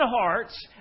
hearts